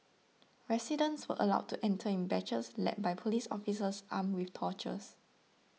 residents were allowed to enter in batches led by police officers armed with torches